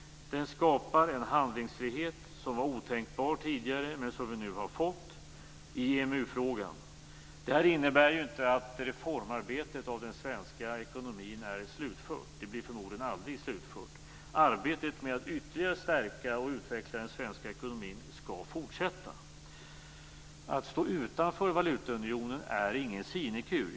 Den skapar en handlingsfrihet i EMU-frågan som tidigare var otänkbar men som vi nu har fått. Det här innebär inte att arbetet med att reformera den svenska ekonomin är slutfört. Det blir förmodligen aldrig slutfört. Arbetet med att ytterligare stärka och utveckla den svenska ekonomin skall fortsätta. Att stå utanför valutaunionen är ingen sinekur.